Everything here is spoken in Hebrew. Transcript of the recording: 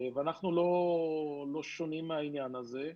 ואנחנו לא שונים מהעניין הזה.